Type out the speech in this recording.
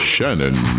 Shannon